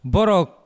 Borok